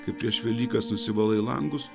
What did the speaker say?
kai prieš velykas nusivalai langus